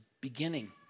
beginning